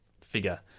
figure